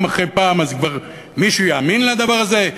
אחרי פעם אז כבר מישהו יאמין לדבר הזה?